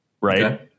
right